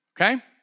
okay